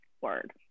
Word